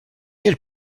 elles